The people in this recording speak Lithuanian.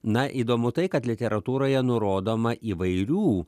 na įdomu tai kad literatūroje nurodoma įvairių